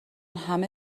همه